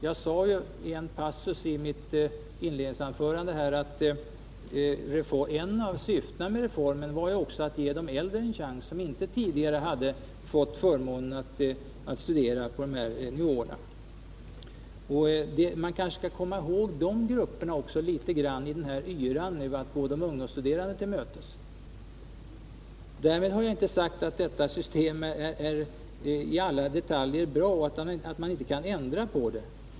Jag sade i en passus av mitt inledningsanförande att ett av syftena med reformen var att ge äldre som inte tidigare hade fått förmånen att studera på dessa nivåer en chans. Man kanske skall komma ihåg också denna grupp i den här yran att gå de ungdomsstuderande till mötes. Därmed har jag inte sagt att detta system i alla detaljer är bra eller att man inte kan ändra på det.